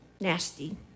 nasty